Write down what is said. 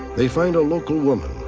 they find a local woman,